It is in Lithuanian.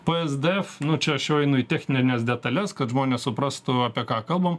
psd nu čia aš jau einu į technines detales kad žmonės suprastų apie ką kalbam